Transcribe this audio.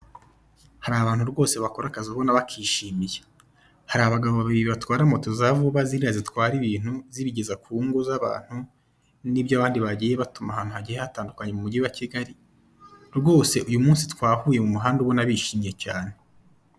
Hari abantu rwose bakora akazi ubona bakishimiye. Hari abagabo babiri batwara moto za vuba ziriya zitwara ibintu zibigeza ku ngo z'abantu. Nibyo abandi bagiye batuma ahantu hagiye hatandukanye mu mugi wa Kigali. Rwose uyu munsi twahuye ubona bishimye cyane.